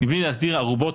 מבלי להסדיר ערובות,